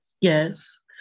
Yes